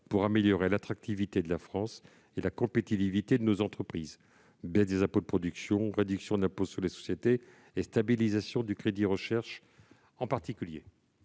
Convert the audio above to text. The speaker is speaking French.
vue d'améliorer l'attractivité de la France et la compétitivité de nos entreprises : baisse des impôts de production, réduction de l'impôt sur les sociétés, stabilisation du crédit d'impôt recherche ... La parole